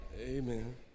Amen